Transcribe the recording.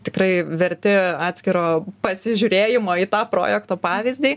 tikrai verti atskiro pasižiūrėjimo į tą projekto pavyzdį